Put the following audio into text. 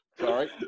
Sorry